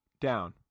down